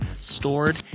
stored